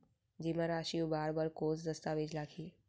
जेमा राशि उबार बर कोस दस्तावेज़ लागही?